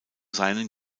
seinen